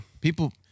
People